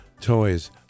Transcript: toys